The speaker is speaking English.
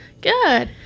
Good